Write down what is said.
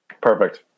Perfect